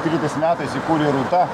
tryliktais metais įkūrė rūta